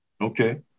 Okay